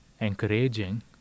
encouraging